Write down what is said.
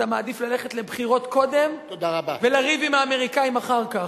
אתה מעדיף ללכת לבחירות קודם ולריב עם האמריקנים אחר כך.